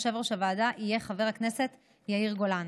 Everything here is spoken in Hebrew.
יושב-ראש הוועדה יהיה חבר הכנסת יאיר גולן.